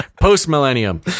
Post-millennium